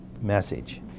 message